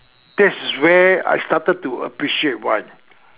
this is where I started to appreciate wine